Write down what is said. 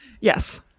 yes